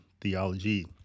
Theology